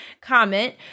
comment